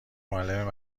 معلم